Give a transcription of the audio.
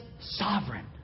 sovereign